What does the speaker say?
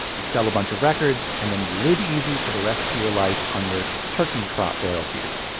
you sell a bunch of records and then you live easy for the rest of your life on your turkey trot royalties.